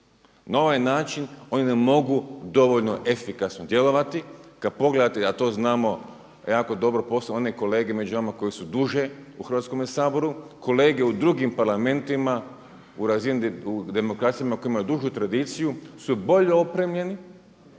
Na ovaj način oni ne mogu dovoljno efikasno djelovati. Kada pogledate, a to znamo jako dobro posao one kolege među nama koji su duže u Hrvatskome saboru, kolege u drugim parlamentima u demokracijama koje imaju dužu tradiciju su bolje opremljeni,